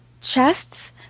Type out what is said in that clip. chests